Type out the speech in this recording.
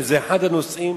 וזה אחד הנושאים